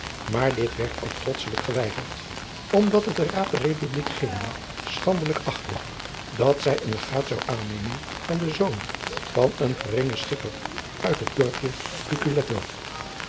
maar dit werd ook trotschelijk geweigerd omdat het de raad der republiek genua schandelijk achtte dat zij een legaat zou aannemen van den zoon van een geringen visscher uit het dorpje